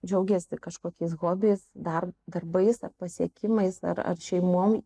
džiaugiasi kažkokiais hobiais dar darbais pasiekimais ar ar šeimom